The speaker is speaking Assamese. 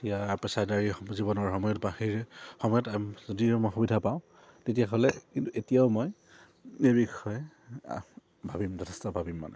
এতিয়া পেচাদাৰী জীৱনৰ সময়ত বা সেই সময়ত যদিও মই সুবিধা পাওঁ তেতিয়াহ'লে কিন্তু এতিয়াও মই এই বিষয়ে ভাবিম যথেষ্ট ভাবিম মানে